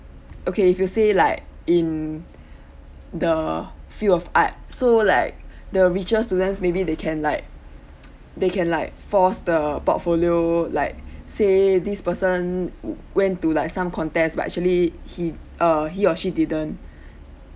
okay if you say like in the field of art so like the richer students maybe they can like they can like force the portfolio like say this person w~ went to like some contest but actually he uh he or she didn't